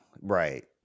right